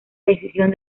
decisión